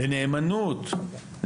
לנאמנות,